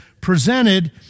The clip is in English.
presented